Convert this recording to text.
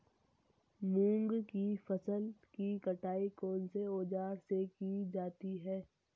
मूंग की फसल की कटाई कौनसे औज़ार से की जाती है?